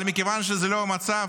אבל מכיוון שזה לא המצב,